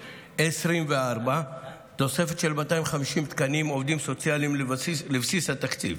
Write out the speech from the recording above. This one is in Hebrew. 2024-2023 תוספת של 250 תקני עובדים סוציאליים לבסיס התקציב.